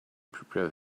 prepare